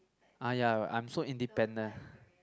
ah ya I'm so independent